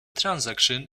transaction